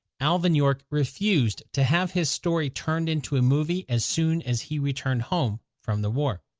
alvin york refused to have his story turned into a movie as soon as he returned home from the war.